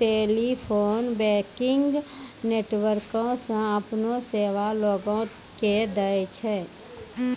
telephone banking नेटवर्को से अपनो सेबा लोगो के दै छै